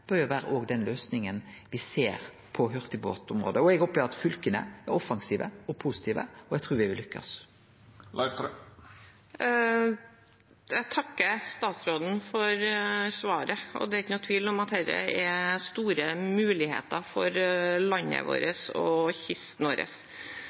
bør òg vere den løysinga me ser på hurtigbåtområdet. Eg opplever at fylka er offensive og positive, og eg trur me vil lykkast. Jeg takker statsråden for svaret. Det er ikke noen tvil om at dette er store muligheter for